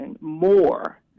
more